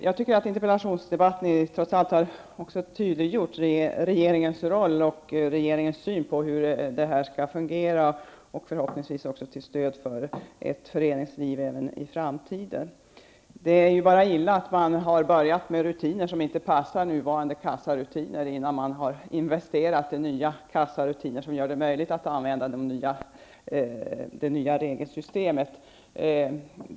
Jag tycker att interpellationsdebatten trots allt har tydliggjort regeringens roll och syn på hur detta system förhoppningsvis även i framtiden skall fungera till stöd för ett föreningsliv. Det är illa att man har börjat med en hantering, som inte passar nuvarande kassarutiner, innan man har investerat i nya kassarutiner som gör det möjligt att använda det nya regelsystemet.